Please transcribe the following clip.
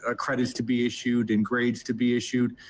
ah credits to be issued and grades to be issued.